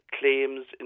claims